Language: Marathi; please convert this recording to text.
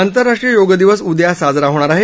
आंतरराष्ट्रीय योग दिवस उद्या साजरा होणार आहे